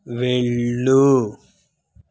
వెళ్ళు